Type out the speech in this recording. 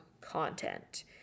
content